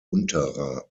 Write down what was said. unterer